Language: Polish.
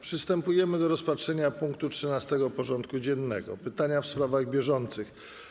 Przystępujemy do rozpatrzenia punktu 13. porządku dziennego: Pytania w sprawach bieżących.